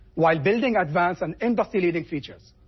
while building advanced and industry-leading features.